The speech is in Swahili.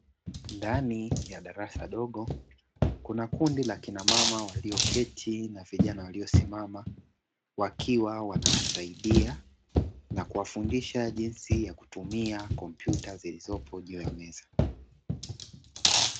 Ndani ya darasa dogo, kuna kundi la kina mama walioketi na vijana waliosimama, wakiwa wanawasaidia na kuwafundisha jinsi ya kutumia kompyuta zilizopo juu ya meza.